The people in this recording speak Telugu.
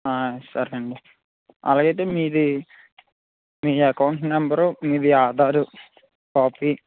సరే అండి అలాగైతే మీది మీ అకౌంట్ నంబరు మీది ఆధారు కాపీ